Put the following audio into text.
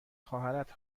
خواهرت